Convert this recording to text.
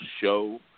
show